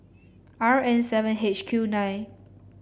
R N seven H Q nine